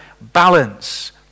balance